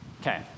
Okay